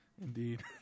Indeed